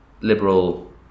liberal